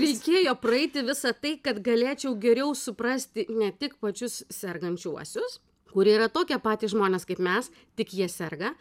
reikėjo praeiti visą tai kad galėčiau geriau suprasti ne tik pačius sergančiuosius kurie yra tokie patys žmonės kaip mes tik jie serga